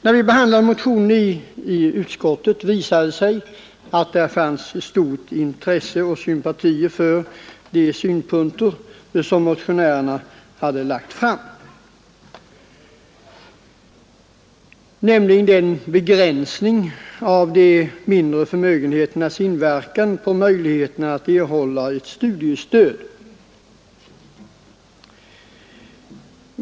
När vi behandlade motionen i utskottet visade det sig att det fanns stort intresse och stor förståelse för motionärernas synpunkter beträffande begränsningen av de mindre förmögenheternas inverkan på möjligheterna att erhålla studiestöd.